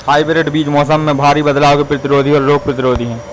hybrid बीज मौसम में भारी बदलाव के प्रतिरोधी और रोग प्रतिरोधी हैं